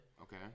Okay